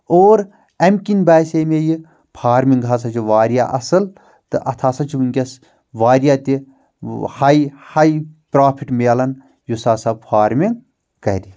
اور امہِ کِنۍ باسے مےٚ یہِ فارمنٛگ ہسا چھٕ واریاہ اصٕل تہٕ اتھ ہسا چھُ وُنۍکیس واریاہ تہِ ہای ہای پرافِٹ مِلان یُس ہسا فارمنٛگ کرِ